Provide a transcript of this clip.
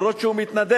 אפילו שהוא מתנדב,